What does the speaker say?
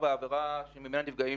מצגת).